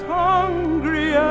hungry